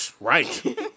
Right